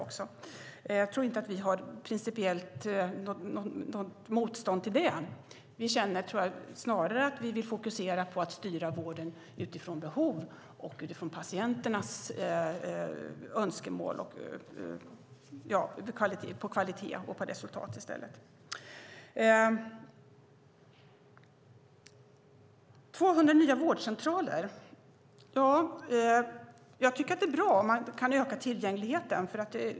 Jag tror inte att vi har något principiellt motstånd till det. Snarare känner vi att vi vill fokusera på att styra vården utifrån behov och patienternas önskemål samt utifrån kvalitet och resultat. Vad gäller 200 nya vårdcentraler tycker jag att det är bra om man kan öka tillgängligheten.